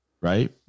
right